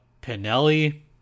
Pinelli